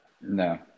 No